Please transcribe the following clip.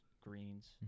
greens